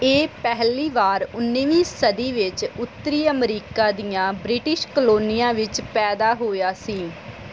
ਇਹ ਪਹਿਲੀ ਵਾਰ ਉਨੀਵੀਂ ਸਦੀ ਵਿੱਚ ਉੱਤਰੀ ਅਮਰੀਕਾ ਦੀਆਂ ਬ੍ਰਿਟਿਸ਼ ਕਲੋਨੀਆਂ ਵਿੱਚ ਪੈਦਾ ਹੋਇਆ ਸੀ